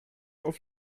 auf